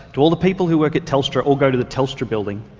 do all the people who work at telstra all go to the telstra building,